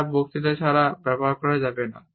তারা বক্তৃতা ছাড়া ব্যবহার করা যাবে না